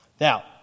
Now